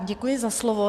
Děkuji za slovo.